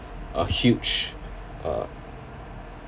a huge uh